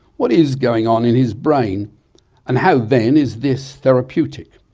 what is going on in his brain and how then is this therapeutic?